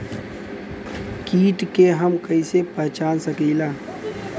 कीट के हम कईसे पहचान सकीला